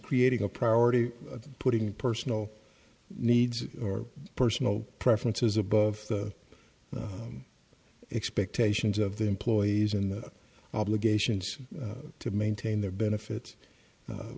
creating a priority putting personal needs or personal preferences above expectations of the employees and obligations to maintain their benefits